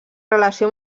relació